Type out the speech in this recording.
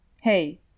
Hey